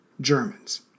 Germans